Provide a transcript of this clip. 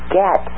get